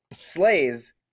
slays